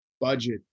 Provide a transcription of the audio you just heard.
budget